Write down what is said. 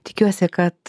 tikiuosi kad